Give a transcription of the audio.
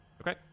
Okay